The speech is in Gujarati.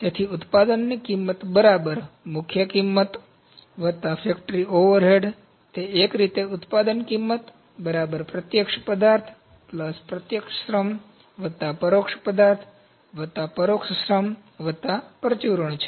તેથી ઉત્પાદન કિંમત મુખ્ય કિમત ફેક્ટરી ઓવરહેડ તે એક રીતે ઉત્પાદન કિંમત પ્રત્યક્ષ પદાર્થ પ્રત્યક્ષ શ્રમ પરોક્ષ પદાર્થ પરોક્ષ શ્રમ પરચુરણ છે